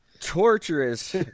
Torturous